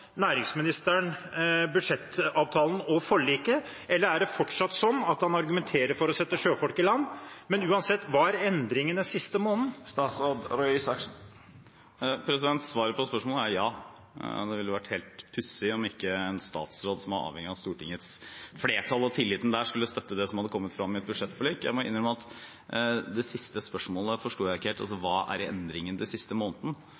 næringsministeren er: Støtter nå næringsministeren budsjettavtalen og forliket, eller er det fortsatt sånn at han argumenterer for å sette sjøfolk i land? Og uansett: Hva er endringen den siste måneden? Svaret på spørsmålet er ja. Det ville vært helt pussig om ikke en statsråd som er avhengig av Stortingets flertall og tilliten der, skulle støtte det som hadde kommet frem i et budsjettforlik. Jeg må innrømme at det siste spørsmålet forsto jeg ikke helt, hva som er endringen den siste måneden.